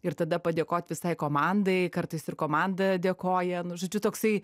ir tada padėkot visai komandai kartais ir komanda dėkoja nu žodžiu toksai